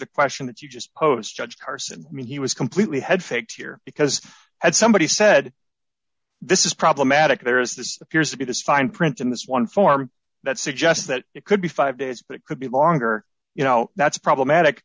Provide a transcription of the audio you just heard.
the question that you just post judge carson i mean he was completely head fakes here because had somebody said this is problematic there is this appears to be this fine print in this one form that suggests that it could be five days but it could be longer you know that's problematic